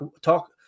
talk